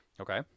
okay